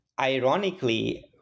ironically